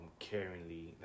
caringly